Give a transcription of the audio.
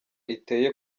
iteye